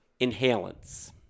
inhalants